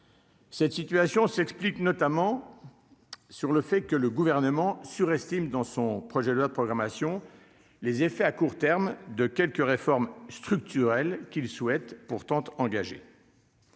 cette situation s'explique notamment sur le fait que le gouvernement surestime dans son projet de loi de programmation les effets à court terme de quelques réformes structurelles qu'souhaitent pourtant engagé.